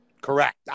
Correct